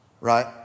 right